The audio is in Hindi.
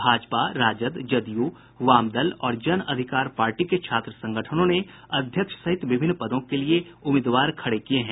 भाजपा राजद जदयू वामदल और जन अधिकार पार्टी के छात्र संगठनों ने अध्यक्ष सहित विभिन्न पदों के लिए प्रत्याशी खड़े किये हैं